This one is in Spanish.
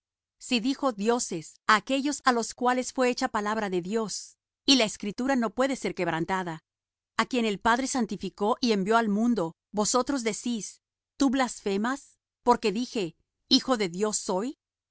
si dijo dioses á aquellos á los cuales fué hecha palabra de dios y la escritura no puede ser quebrantada a quien el padre santificó y envió al mundo vosotros decís tú blasfemas porque dije hijo de dios soy